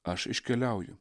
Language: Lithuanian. aš iškeliauju